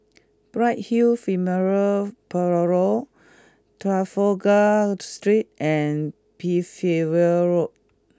Bright Hill Funeral Parlour Trafalgar Street and Percival Road